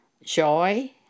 joy